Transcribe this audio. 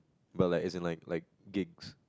but like as in like like gigs